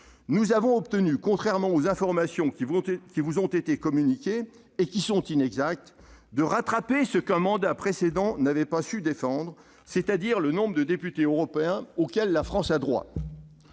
Nous avons obtenu, contrairement aux informations qui vous ont été communiquées et qui sont inexactes, de rattraper ce qu'un mandat précédent n'avait pas su défendre, c'est-à-dire le nombre de députés européens auquel la France a droit.